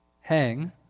hang